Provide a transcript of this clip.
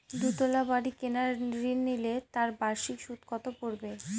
দুতলা বাড়ী কেনার ঋণ নিলে তার বার্ষিক সুদ কত পড়বে?